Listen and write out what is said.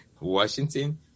washington